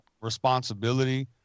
responsibility